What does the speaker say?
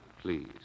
Please